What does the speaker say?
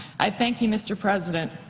i thank you, mr. president,